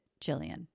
Jillian